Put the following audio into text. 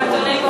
התכוון.